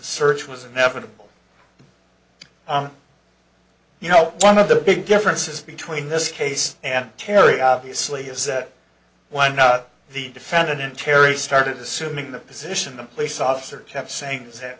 search was inevitable you know one of the big differences between this case and terry obviously is that why not the defendant terry started assuming the position the police officer kept saying